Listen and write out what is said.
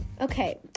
Okay